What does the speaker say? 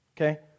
okay